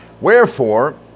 wherefore